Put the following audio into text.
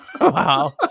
wow